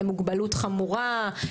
ללהיות בעל מוגבלות חמורה,